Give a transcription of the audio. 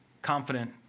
confident